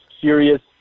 serious